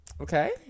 Okay